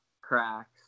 cracks